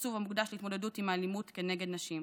התקציב המוקדש להתמודדות עם האלימות נגד נשים,